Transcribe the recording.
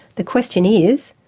the question is,